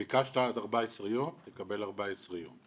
ביקשת עד 14 יום, תקבל 14 יום.